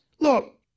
Look